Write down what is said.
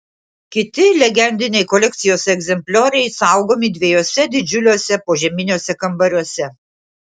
kiti legendiniai kolekcijos egzemplioriai saugomi dviejuose didžiuliuose požeminiuose kambariuose